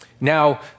Now